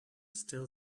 still